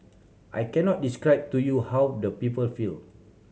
I cannot describe to you how the people feel